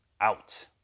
out